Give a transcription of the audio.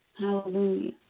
Hallelujah